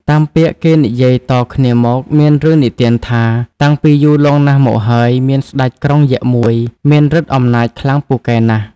តាមពាក្យគេនិយាយតគ្នាមក មានរឿងនិទានថា តាំងពីយូរលង់ណាស់មកហើយ មានស្ដេចក្រុងយក្ខមួយ មានឫទ្ធិអំណាចខ្លាំងពូកែណាស់។